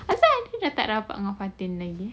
entah I tak rapat dengan fatin lagi